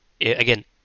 again